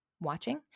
watching